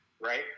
right